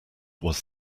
was